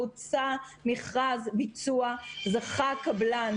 הוצא מכרז ביצוע וזכה קבלן